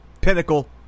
pinnacle